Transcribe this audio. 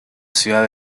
ciudad